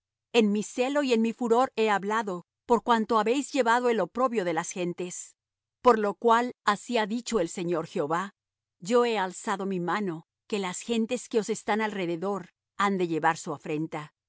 en mi celo y en mi furor he hablado por cuanto habéis llevado el oprobio de las gentes por lo cual así ha dicho el señor jehová yo he alzado mi mano que las gentes que os están alrededor han de llevar su afrenta